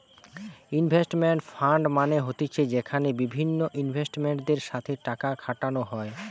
investment fund মানে হতিছে যেখানে বিভিন্ন ইনভেস্টরদের সাথে টাকা খাটানো হয়